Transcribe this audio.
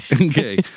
Okay